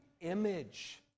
image